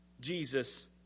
Jesus